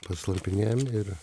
paslampinėjam ir